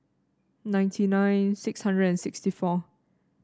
ninety nine six hundred and sixty four